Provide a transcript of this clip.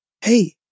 hey